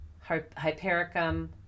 hypericum